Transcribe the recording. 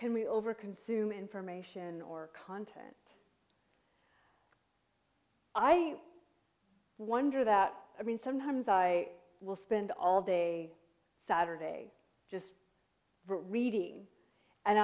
can we over consume information or content i wonder that i mean sometimes i will spend all day saturday reading and